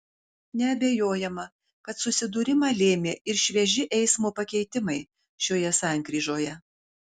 neabejojama kad susidūrimą lėmė ir švieži eismo pakeitimai šioje sankryžoje